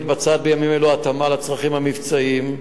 מתבצעת בימים אלו התאמה לצרכים המבצעיים,